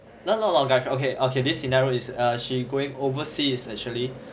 no not a lot of guy friend okay okay this scenario is she going overseas actually